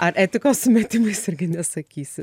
ar etikos sumetimais irgi nesakysi